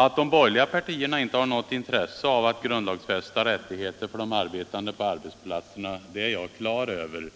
Att de borgerliga partierna inte har något intresse av grundlagsfästa rättigheter för de arbetande på arbetsplatserna är jag på det klara med.